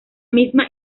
misma